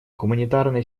гуманитарная